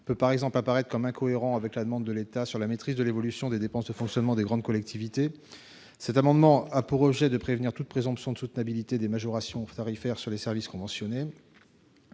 peut par exemple paraître incohérente avec la demande émise par l'État quant à la maîtrise de l'évolution des dépenses de fonctionnement des grandes collectivités. Aussi, cet amendement a pour objet de prévenir toute présomption de soutenabilité des majorations tarifaires pour les services conventionnés.